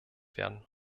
werden